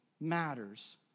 matters